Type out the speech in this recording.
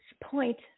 point